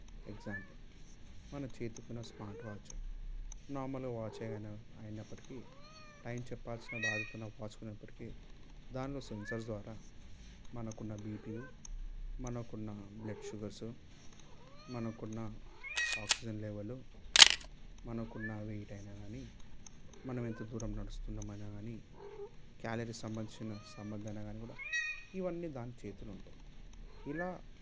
example మన చేతికి ఉన్న స్మార్ట్ వాచ్ నార్మల్ వాచ్ అయిన అయినప్పటికీ టైం చెప్పాల్సిన బాధ్యతను పోసుకునేప్పటికీ దానిలో సెన్సార్ ద్వారా మనకున్న బీపీయూ మనకున్న బ్లడ్ షుగర్స్ మనకున్న ఆక్సిజన్ లెవెల్లు మనకున్న వెయిట్ అయిన కాని మనం ఎంత దూరం నడుస్తున్నాము అన్నా కాని క్యాలరీ సంబంధించిన సంబంధ అయిన కూడా ఇవన్నీ దాని చేతిలో ఉంటాయి ఇలా